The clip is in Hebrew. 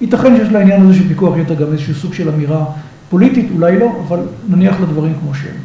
ייתכן שיש לעניין הזה של פיקוח יתר גם איזשהו סוג של אמירה פוליטית, אולי לא, אבל נניח לדברים כמו שהם.